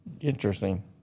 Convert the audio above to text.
Interesting